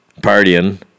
partying